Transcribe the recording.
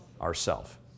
Ourself